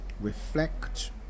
reflect